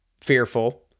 fearful